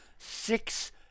Six